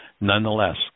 Nonetheless